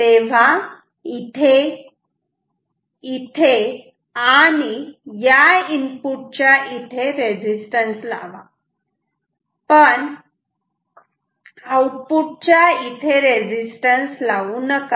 तेव्हा इथे इथे आणि या इनपुट च्या इथे रेजिस्टन्स लावा पण आउटपुट च्या इथे रेजिस्टन्स लावू नका